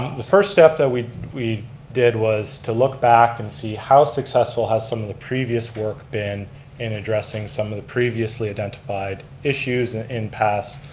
the first step that we we did was to look back and see how successful has some of the previous work been in addressing some of previously identified issues in past